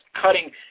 cutting